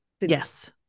Yes